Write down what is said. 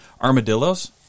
Armadillos